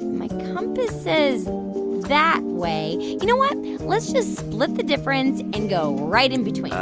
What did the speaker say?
my compass says that way. you know, let's just split the difference and go right in between